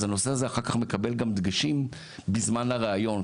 אז הנושא הזה אחר כך מקבל גם דגשים בזמן הריאיון.